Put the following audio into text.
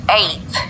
eight